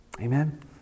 Amen